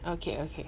okay okay